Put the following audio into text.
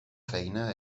feina